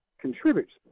contributes